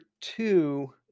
two